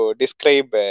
describe